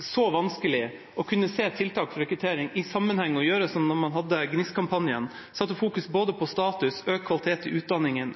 så vanskelig å kunne se tiltak for rekruttering i sammenheng og gjøre som da man hadde GNIST-kampanjen, at man fokuserte på status, økt kvalitet i utdanningen,